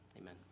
amen